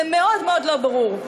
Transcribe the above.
זה מאוד מאוד לא ברור,